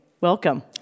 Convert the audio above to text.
Welcome